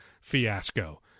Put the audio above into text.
fiasco